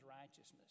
righteousness